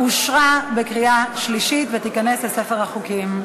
אושרה בקריאה שלישית ותיכנס לספר החוקים.